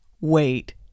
wait